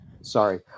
Sorry